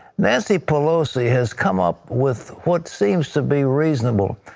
nancy pelosi has come up with what seems to be reasonable,